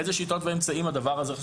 אילו שיטות ואמצעים הדבר הזה,